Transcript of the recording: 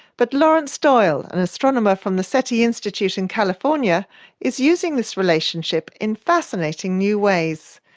but laurance doyle, an astronomer from the seti institute in california is using this relationship in fascinating new ways.